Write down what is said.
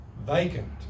vacant